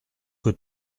que